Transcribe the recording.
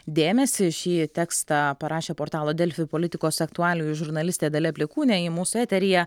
dėmesį šį tekstą parašė portalo delfi politikos aktualijų žurnalistė dalia plikūnė ji mūsų eteryje